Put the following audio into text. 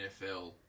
NFL